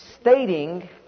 stating